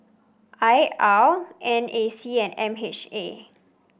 I R N A C and M H A